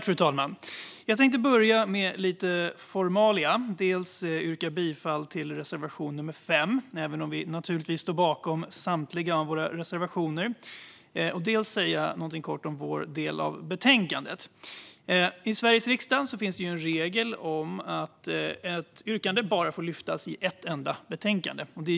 Fru talman! Jag tänkte börja med lite formalia. Dels yrkar jag bifall till reservation nummer 5, och jag står naturligtvis bakom samtliga våra reservationer i övrigt. Dels ska jag säga någonting kort om vår del av betänkandet. I Sveriges riksdag finns det en regel om att ett yrkande får behandlas i endast ett betänkande.